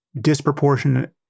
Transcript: disproportionate